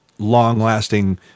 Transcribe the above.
long-lasting